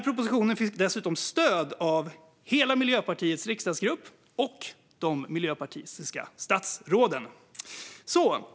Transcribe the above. Propositionen fick dessutom stöd av hela Miljöpartiets riksdagsgrupp och de miljöpartistiska statsråden.